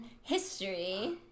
history